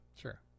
Sure